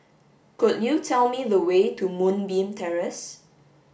could you tell me the way to Moonbeam Terrace